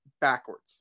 backwards